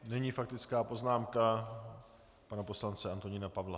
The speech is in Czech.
Nyní faktická poznámka pana poslance Antonína Pavla.